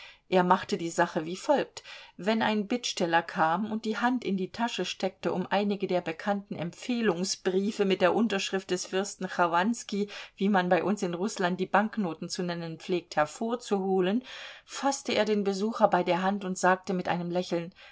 er machte die sache wie folgt wenn ein bittsteller kam und die hand in die tasche steckte um einige der bekannten empfehlungsbriefe mit der unterschrift des fürsten chowanskij wie man bei uns in rußland die banknoten zu nennen pflegt hervorzuholen faßte er den besucher bei der hand und sagte mit einem lächeln